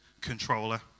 controller